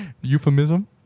Euphemism